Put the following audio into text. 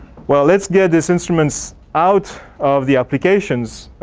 well let's get these instruments out of the applications